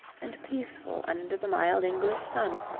and peaceful under the mild english sun,